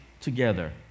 together